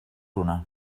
una